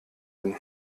hin